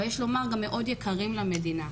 ויש לומר גם מאוד יקרים למדינה.